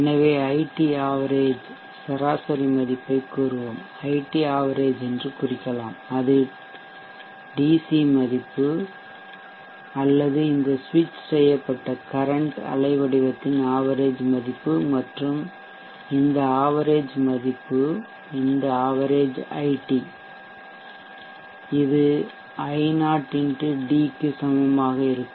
எனவே ஐடியின் ஆவரேஜ்சராசரி மதிப்பைக் கூறுவோம் ஐடி ஆவரேஜ் என்று குறிக்கலாம் அது டிசி மதிப்பு அல்லது இந்த சுவிட்ச் செய்யப்பட்ட கரன்ட் அலைவடிவத்தின் ஆவரேஜ் மதிப்பு மற்றும் இந்த ஆவரேஜ்சராசரி மதிப்பு இந்த ஆவரேஜ் ஐடி இது ஐ0 X d க்கு சமமாக இருக்கும்